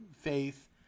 faith